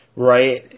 Right